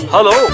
Hello